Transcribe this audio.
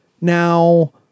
Now